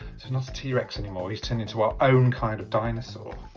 it's not a t-rex anymore he's turned into our own kind of dinosaur ah